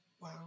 Wow